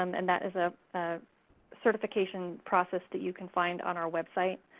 um and that is a certification process that you can find on our website.